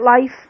life